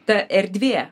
ta erdvė